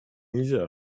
нельзя